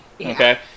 Okay